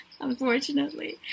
unfortunately